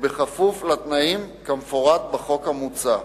וכפוף לתנאים כמפורט בחוק המוצע.